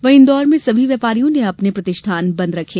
वहीं इंदौर में सभी व्यापारियों ने अपने प्रतिष्ठान बंद रखे